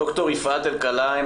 ד"ר יפעת אלקלעי,